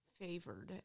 favored